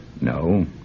No